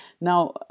Now